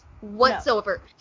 whatsoever